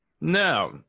no